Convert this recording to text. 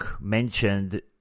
mentioned